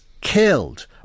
killed